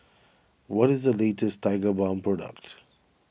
what is the latest Tigerbalm products